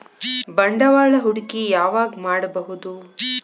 ಬಂಡವಾಳ ಹೂಡಕಿ ಯಾವಾಗ್ ಮಾಡ್ಬಹುದು?